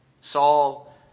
Saul